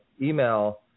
email